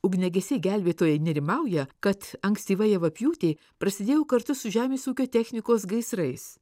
ugniagesiai gelbėtojai nerimauja kad ankstyva javapjūtė prasidėjo kartu su žemės ūkio technikos gaisrais